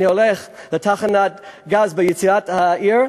אני הולך לתחנת דלק ביציאה מהעיר,